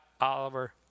Oliver